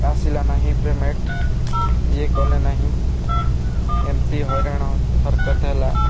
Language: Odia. ଆସିଲା ନାହିଁ ପେମେଣ୍ଟ୍ ଇଏ କଲେ ନାହିଁ ଏମିତି ହଇରାଣ ହରକତ ହେଲା